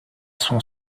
son